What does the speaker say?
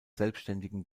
selbstständigen